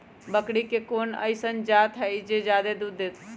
बकरी के कोन अइसन जात हई जे जादे दूध दे?